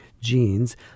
genes